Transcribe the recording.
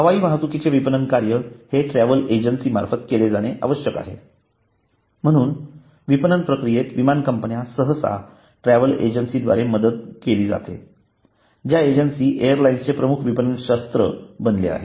हवाई वाहतुकीचे विपणन कार्य हे ट्रॅव्हल एजन्सी मार्फत केले जाणे आवश्यक आहे म्हणून विपणन प्रक्रियेत विमान कंपन्यांना सहसा ट्रॅव्हल एजन्सीजद्वारे मदत केली जाते ज्या एजेन्सी एअरलाइन्सचे प्रमुख विपणन शस्त्र बनले आहे